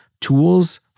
tools